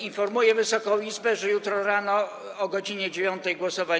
Informuję Wysoką Izbę, że jutro rano o godz. 9 nie ma głosowań.